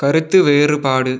கருத்து வேறுபாடு